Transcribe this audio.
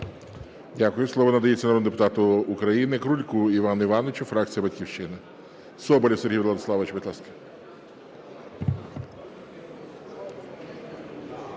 Дякую. Слово надається народному депутату України Крульку Івану Івановичу, фракція "Батьківщина". Соболєв Сергій Владиславович, будь ласка.